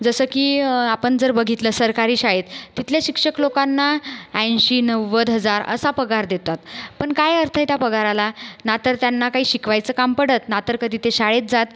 जसं की आपण जर बघितलं सरकारी शाळेत तिथले शिक्षक लोकांना ऐंशी नव्वद हजार असा पगार देतात पण काय अर्थ आहे त्या पगाराला ना तर त्यांना काही शिकवायचं काम पडत ना तर कधी ते शाळेत जात